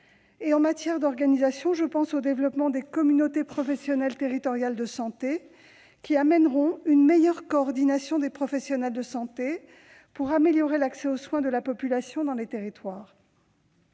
En matière d'organisation, je pense au développement des communautés professionnelles territoriales de santé, qui conduiront à une meilleure coordination des professionnels de santé pour améliorer l'accès aux soins de la population dans les territoires.